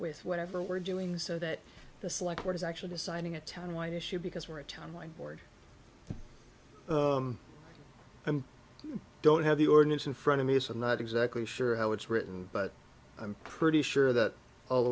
with whatever we're doing so that the select what is actually deciding a town white issue because we're a timeline board and don't have the ordinance in front of me as i'm not exactly sure how it's written but i'm pretty sure that all